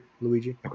Luigi